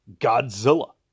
Godzilla